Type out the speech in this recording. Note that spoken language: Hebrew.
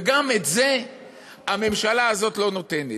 גם את זה הממשלה הזאת לא נותנת.